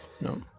No